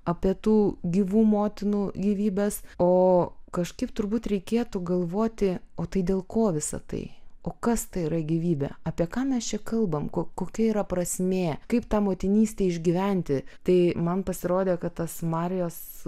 apie tų gyvų motinų gyvybes o kažkaip turbūt reikėtų galvoti o tai dėl ko visa tai o kas tai yra gyvybė apie ką mes čia kalbam ko kokia yra prasmė kaip tą motinystę išgyventi tai man pasirodė kad tas marijos